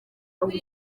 kuri